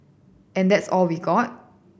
and that's was all we got